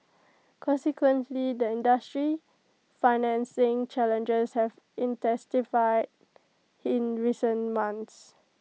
consequently the industry's financing challenges have intensified in recent months